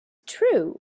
true